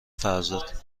فرزاد